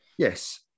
Yes